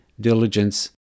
diligence